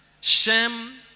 Shem